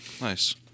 Nice